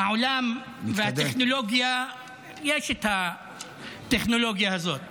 בעולם יש את הטכנולוגיה הזאת,